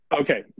Okay